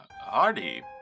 Hardy